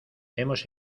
hemos